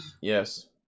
Yes